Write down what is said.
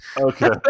Okay